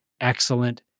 excellent